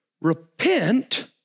repent